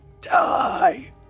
Die